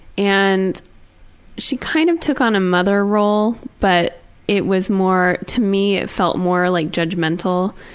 and she kind of took on a mother role, but it was more, to me it felt more like judgmental.